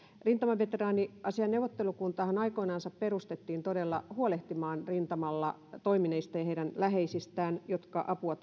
rintamaveteraaniasiain neuvottelukuntahan aikoinansa perustettiin todella huolehtimaan rintamalla toimineista ja heidän läheisistään jotka apua